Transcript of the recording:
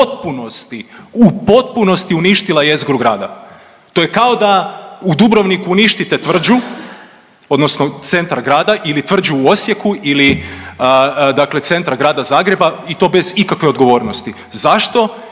u potpunosti uništila jezgru grada. To je kao da u Dubrovniku uništite Tvrđu, odnosno centar grada ili Tvrđu u Osijeku ili dakle centar grada Zagreba i to bez ikakve odgovornosti. Zašto?